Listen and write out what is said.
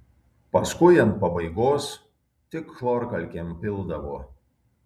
paskui ant pabaigos tik chlorkalkėm pildavo